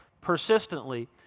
persistently